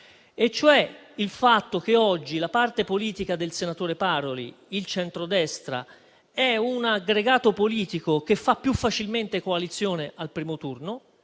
cioè il fatto che oggi la parte politica del senatore Paroli, il centrodestra, è un aggregato politico che fa più facilmente coalizione al primo turno,